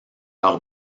leur